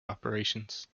operations